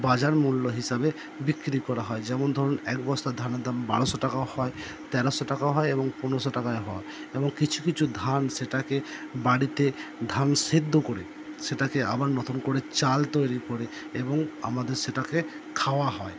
বাজার মূল্য হিসাবে বিক্রি করা হয় যেমন ধরুন এক বস্তা ধানের দাম বারোশো টাকাও হয় তেরোশো টাকাও হয় এবং পনেরোশো টাকাও হয় এবং কিছু কিছু ধান সেটাকে বাড়িতে ধান সেদ্ধ করে সেটাকে আবার নতুন করে চাল তৈরি করে এবং আমাদের সেটাকে খাওয়া হয়